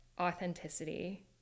authenticity